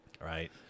Right